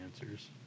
answers